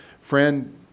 friend